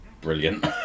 brilliant